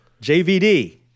JVD